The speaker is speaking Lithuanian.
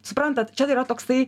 suprantat čia yra toksai